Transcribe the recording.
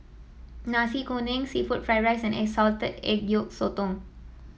Nasi Kuning seafood Fried Rice and Salted Egg Yolk Sotong